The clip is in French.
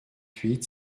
huit